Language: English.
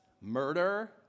murder